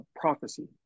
prophecy